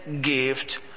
gift